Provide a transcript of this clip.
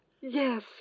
Yes